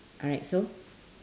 alright so